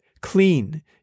clean